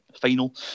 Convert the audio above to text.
final